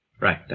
Right